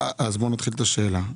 בואי נתחיל את השאלה.